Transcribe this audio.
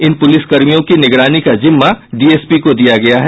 इन पुलिसकर्मियों की निगरानी का जिम्मा डीएसपी को दिया गया है